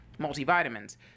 multivitamins